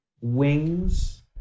wings